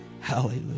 Hallelujah